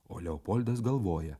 o leopoldas galvoja